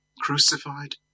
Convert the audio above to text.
crucified